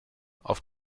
auf